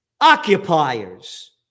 Occupiers